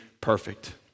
perfect